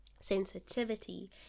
sensitivity